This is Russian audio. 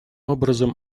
образом